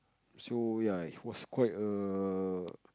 so ya it was quite a